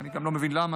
אני גם לא מבין למה,